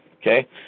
okay